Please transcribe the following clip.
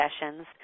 sessions